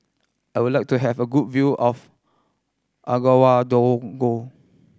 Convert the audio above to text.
I would like to have a good view of Ouagadougou